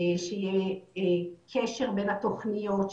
שיהיה קשר בין התוכניות,